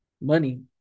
money